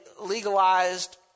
legalized